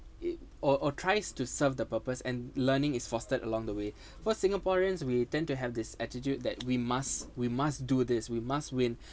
it or tries to serve the purpose and learning is fostered along the way for singaporeans we tend to have this attitude that we must we must do this we must win